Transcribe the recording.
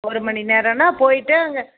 ஒரு மணி நேரன்னால் போயிட்டு அங்கே